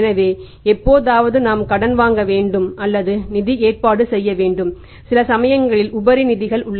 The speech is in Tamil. எனவே எப்போதாவது நாம் கடன் வாங்க வேண்டும் அல்லது நிதி ஏற்பாடு செய்ய வேண்டும் சில சமயங்களில் உபரி நிதிகள் உள்ளன